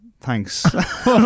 thanks